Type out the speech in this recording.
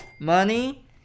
Money